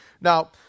Now